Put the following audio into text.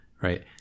right